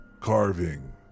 carving